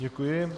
Děkuji.